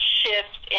shift